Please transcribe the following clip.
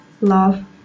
love